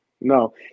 No